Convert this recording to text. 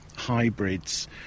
Hybrids